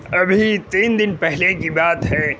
ابھی تین دن پہلے کی بات ہے